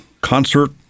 concert